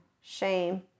shame